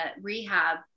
rehab